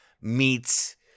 meets